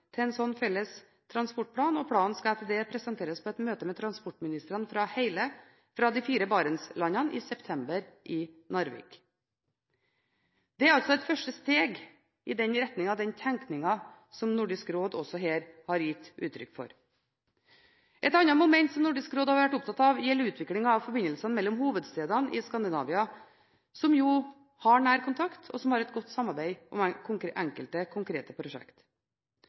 og planen skal etter det presenteres på et møte med transportministerne fra alle de fire barentslandene i september i Narvik. Det er altså et første steg i den retningen, den tenkningen, som Nordisk råd også her har gitt uttrykk for. Et annet moment som Nordisk råd har vært opptatt av, gjelder utviklingen av forbindelsene mellom hovedstedene i Skandinavia, som jo har nær kontakt og et godt samarbeid om enkelte konkrete